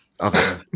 Okay